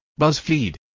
BuzzFeed